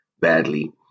badly